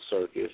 circus